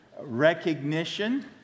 recognition